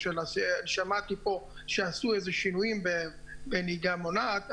שמעתי פה שעשו שינויים בנהיגה מונעת,